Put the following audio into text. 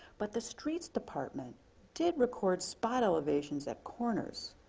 but the streets department did record spot elevations at corners.